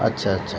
अच्छा अच्छा